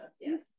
yes